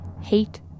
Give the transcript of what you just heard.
hate